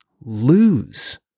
lose